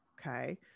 okay